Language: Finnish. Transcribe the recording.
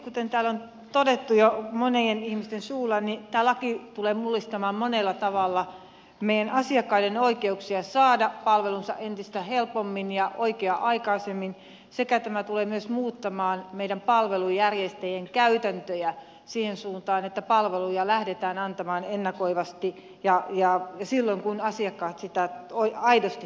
kuten täällä on todettu jo monien ihmisten suulla tämä laki tulee mullistamaan monella tavalla meidän asiakkaiden oikeuksia saada palvelunsa entistä helpommin ja oikea aikaisemmin sekä tämä tulee myös muuttamaan meidän palvelunjärjestäjien käytäntöjä siihen suuntaan että palveluja lähdetään antamaan ennakoivasti ja silloin kun asiakkaat niitä aidosti tarvitsevat